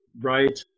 right